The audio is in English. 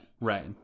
right